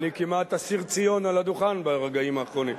אני כמעט אסיר ציון על הדוכן ברגעים האחרונים.